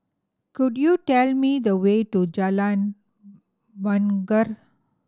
could you tell me the way to Jalan Bungar